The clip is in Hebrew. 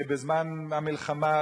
בזמן המלחמה,